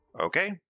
Okay